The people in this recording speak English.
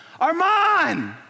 Armand